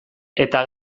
eta